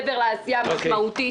מעבר לעשייה המשמעותית.